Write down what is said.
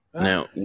Now